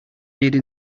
made